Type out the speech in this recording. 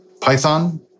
Python